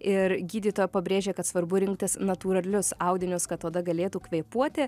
ir gydytoja pabrėžė kad svarbu rinktis natūralius audinius kad oda galėtų kvėpuoti